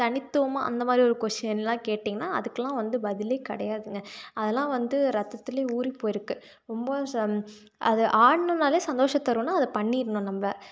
தனித்துவமாக அந்த மாதிரி ஒரு கொஸ்டினெலாம் கேட்டிங்கனால் அதுக்கெல்லாம் வந்து பதிலே கிடையாதுங்க அதெல்லாம் வந்து இரத்தத்திலயே ஊறி போயிருக்குது ரொம்ப வருஷம் அது ஆடிணுன்னாலே சந்தோஷம் தரும்னால் அதை பண்ணிடணும் நம்ம